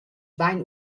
bain